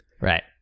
Right